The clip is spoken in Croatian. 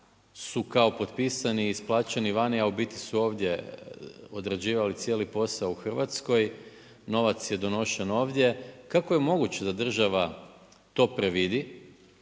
su kao potpisani, isplaćeni vani, a u biti su ovdje odrađivali cijeli posao u Hrvatskoj, novac je donošen ovdje. Kako je moguće da država to predvidi